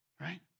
right